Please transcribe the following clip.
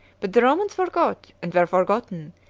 but the romans forgot, and were forgotten.